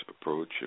approach